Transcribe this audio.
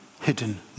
hidden